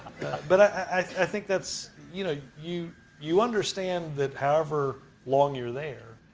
but i think that's you know, you you understand that however long you're there,